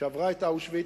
שעברה את אושוויץ,